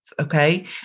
okay